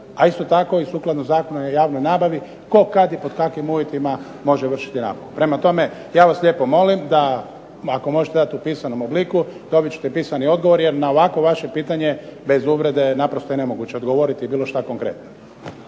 A isto tako sukladno Zakonu o javnoj nabavi tko, kad i pod kakvim uvjetima može vršiti nabavu. Prema tome, ja vas lijepo molim da ako možete dati u pisanom obliku dobit ćete pisani odgovor jer na ovakvo vaše pitanje, bez uvrede, naprosto je nemoguće odgovoriti bilo što konkretno.